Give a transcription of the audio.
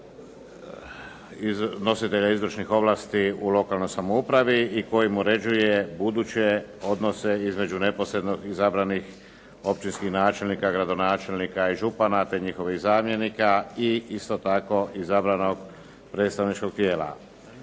nositelja izvršnih ovlasti u lokalnoj samoupravi i kojim uređuje buduće odnose između neposredno izabranih općinskih načelnika, gradonačelnika i župana te njihovih zamjenika i isto tako izabranog predstavničkog tijela.